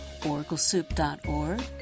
oraclesoup.org